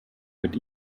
mit